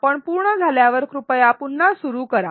आपण पूर्ण झाल्यावर कृपया पुन्हा सुरू करा